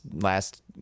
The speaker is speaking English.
last